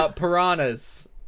Piranhas